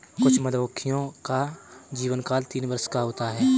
कुछ मधुमक्खियों का जीवनकाल तीन वर्ष का होता है